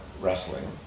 wrestling